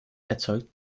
erzeugt